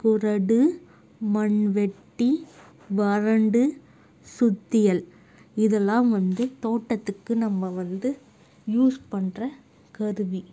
கொறடு மண்வெட்டி வரண்டு சுத்தியல் இதெலாம் வந்து தோட்டத்துக்கு நம்ம வந்து யூஸ் பண்ணுற கருவி